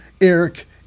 Eric